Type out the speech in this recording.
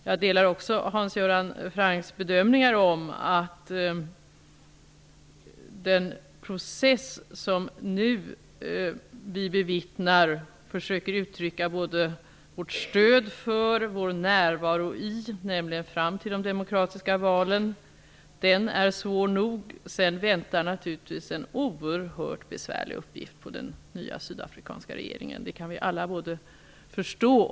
Jag delar också Hans Göran Francks bedömning vad gäller att den process som vi nu bevittnar och som vi försöker uttrycka vårt stöd för och delta i är svår nog fram till de demokratiska valen. Sedan väntar naturligtvis en oerhört besvärlig uppgift på den nya sydafrikanska regeringen. Det kan vi alla inse.